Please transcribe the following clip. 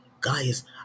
guys